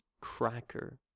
cracker